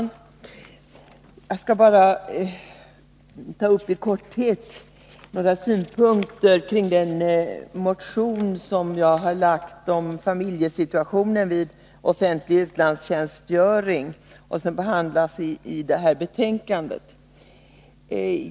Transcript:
Herr talman! Jag skall bara i korthet anföra några synpunkter i anslutning Onsdagen den till den av mig väckta motionen om familjesituationen vid offentlig 9 mars 1983 utlandstjänstgöring som behandlas i detta betänkande.